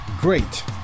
Great